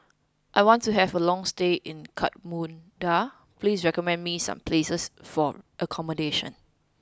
I want to have a long stay in Kathmandu please recommend me some places for accommodation